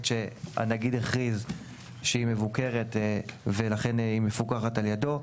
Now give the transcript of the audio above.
שהנגיד הכריז שהיא מבוקרת ולכן היא מפוקחת על ידו.